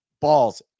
balls